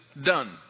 done